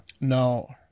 No